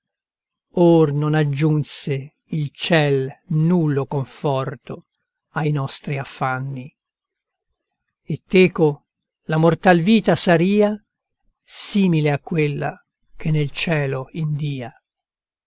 or non aggiunse il ciel nullo conforto ai nostri affanni e teco la mortal vita saria simile a quella che nel cielo india